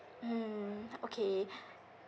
mm okay